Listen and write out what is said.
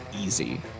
easy